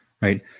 right